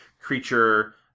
creature